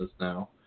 now